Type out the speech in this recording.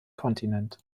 kontinent